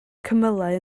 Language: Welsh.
cymylau